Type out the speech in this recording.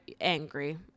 angry